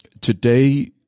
Today